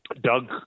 Doug